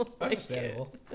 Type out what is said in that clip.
Understandable